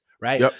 right